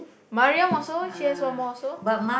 Mariam also she has one more also